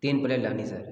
तीन प्लेट लानी है सर